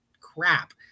crap